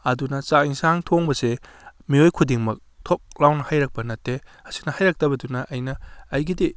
ꯑꯗꯨꯅ ꯆꯥꯛ ꯏꯟꯁꯥꯡ ꯊꯣꯡꯕꯁꯦ ꯃꯤꯑꯣꯏ ꯈꯨꯗꯤꯡꯃꯛ ꯊꯣꯛ ꯂꯥꯎꯅ ꯍꯩꯔꯛꯄ ꯅꯠꯇꯦ ꯑꯁꯤꯅ ꯍꯧꯔꯛꯇꯕꯗꯨꯅ ꯑꯩꯅ ꯑꯩꯒꯤꯗꯤ